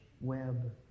web